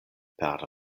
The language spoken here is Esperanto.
per